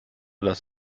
dass